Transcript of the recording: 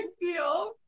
deal